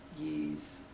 use